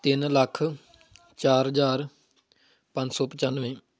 ਤਿੰਨ ਲੱਖ ਚਾਰ ਹਜ਼ਾਰ ਪੰਜ ਸੌ ਪਚਾਨਵੇਂ